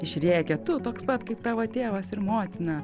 išrėkia tu toks pat kaip tavo tėvas ir motina